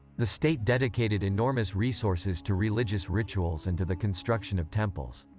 the state dedicated enormous resources to religious rituals and to the construction of temples.